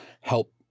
help